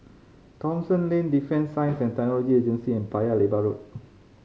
Thomson Lane Defence Science And Technology Agency and Paya Lebar Road